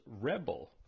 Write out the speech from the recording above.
Rebel